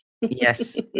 Yes